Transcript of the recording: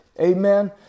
Amen